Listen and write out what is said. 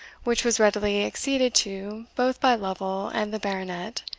which was readily acceded to both by lovel and the baronet,